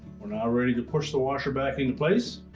we're now ready to push the washer back in place,